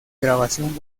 grabación